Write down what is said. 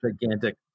gigantic